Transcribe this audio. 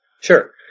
Sure